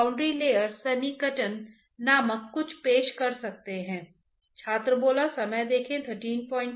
मान लीजिए कि हमारे पास एक मनमानी वस्तु है जहां एक तरल पदार्थ है जो इस वस्तु से बह रहा है अब अगर मैं V को अपस्ट्रीम वेलोसिटी के रूप में परिभाषित करता हूं